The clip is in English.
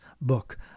book